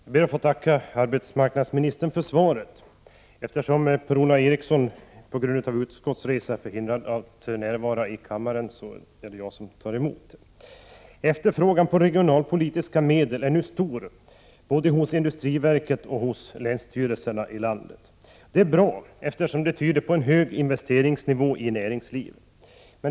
Herr talman! Jag ber att få tacka arbetsmarknadsministern för svaret! Eftersom Per-Ola Eriksson på grund av utskottsresa är förhindrad att närvara i kammaren tar jag emot svaret. Efterfrågan på regionalpolitiska medel är stor vid både industriverket och länsstyrelserna ute i landet. Detta är bra, eftersom det tyder på en hög investeringsnivå i näringslivet.